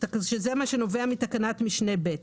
וזה מה שנובע מתקנת משנה (ב).